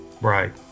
Right